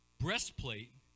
breastplate